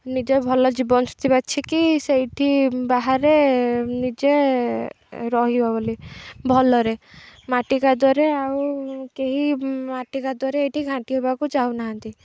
ନିଜେ ଭଲ ଜୀବନସାଥି ବାଛିକି ସେଇଠି ବାହାରେ ନିଜେ ରହିବ ବୋଲି ଭଲ ରେ ମାଟି କାଦୁଅରେ ଆଉ କେହି ମାଟି କାଦୁଅରେ ଏଇଠି ଘାଣ୍ଟି ହେବାକୁ ଚାହୁଁନାହାନ୍ତି